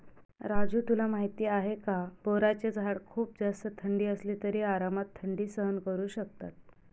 राजू तुला माहिती आहे का? बोराचे झाड खूप जास्त थंडी असली तरी आरामात थंडी सहन करू शकतात